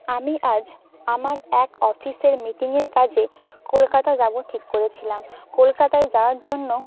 আমি আজ আমার এক অফিসের মিটিংয়ের কাজে কলকাতা যাবো ঠিক করেছিলাম কলকাতায় যাওয়ার জন্য